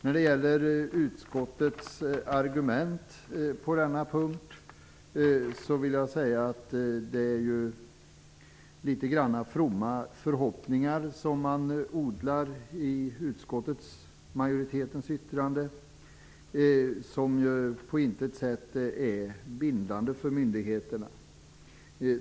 När det gäller utskottets argumentering på denna punkt, är det ju fromma förhoppningar som odlas i utskottsmajoritetens yttrande, som på intet sätt är bindande för myndigheterna.